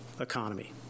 economy